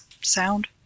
sound